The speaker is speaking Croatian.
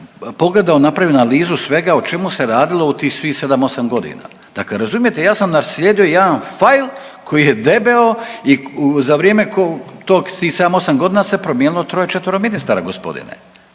pogledao, napravio analizu svega o čemu se radilo u tih svih 7, 8 godina. Dakle razumijete? Ja sam naslijedio jedan file koji je debeo i za vrijeme tog tih 7, 8 godina se promijenilo troje, četvero ministara, gospodine.